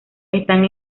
están